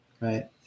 Right